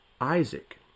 Isaac